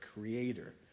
creator